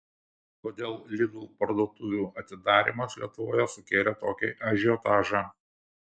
kodėl lidl parduotuvių atidarymas lietuvoje sukėlė tokį ažiotažą